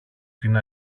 την